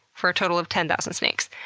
for a total of ten thousand snakes.